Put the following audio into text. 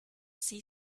see